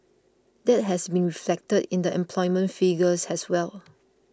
that has been reflected in the employment figures as well